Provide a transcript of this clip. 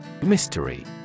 mystery